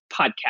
podcast